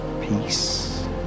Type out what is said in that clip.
peace